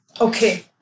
Okay